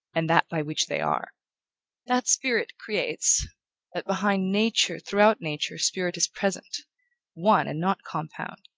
and that by which they are that spirit creates that behind nature, throughout nature, spirit is present one and not compound,